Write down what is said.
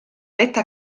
metta